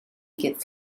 gets